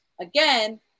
Again